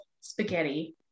spaghetti